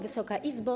Wysoka Izbo!